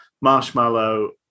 marshmallow